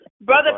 Brother